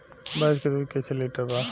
भैंस के दूध कईसे लीटर बा?